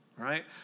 right